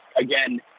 again